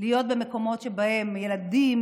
להיות במקומות שבהם ילדים